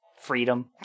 Freedom